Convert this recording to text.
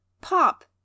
pop